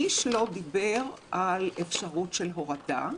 איש לא דיבר על אפשרות של הורדה.